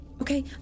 Okay